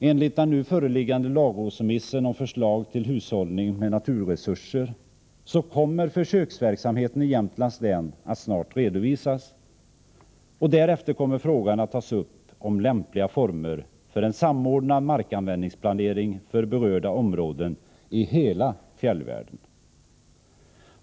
Enligt den nu föreliggande lagrådsremissen om förslag till hushållning med naturresurser kommer försöksverksamheten i Jämtlands län snart att redovisas, och därefter kommer frågan att tas upp om lämpliga former för en samordnad markanvändningsplanering för berörda områden i hela fjällvärlden.